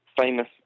famous